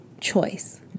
choice